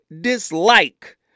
dislike